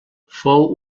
fou